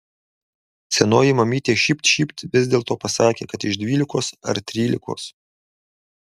senoji mamytė šypt šypt vis dėlto pasakė kad iš dvylikos ar trylikos